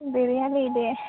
ಬೇರೆ ಏನ್ರಿ ಇದೆ